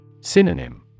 Synonym